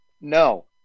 No